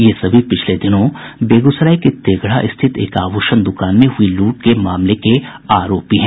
ये सभी पिछले दिनों बेगूसराय के तेघड़ा स्थित एक आभूषण दुकान में हुई लूट के मामले के आरोपी है